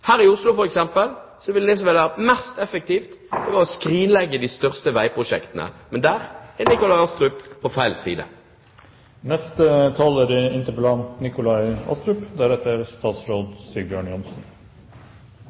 Her i Oslo, f.eks., er det som vil være mest effektivt, å skrinlegge de største veiprosjektene. Men der er Nikolai Astrup på feil side.